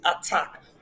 attack